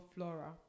Flora